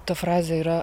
ta frazė yra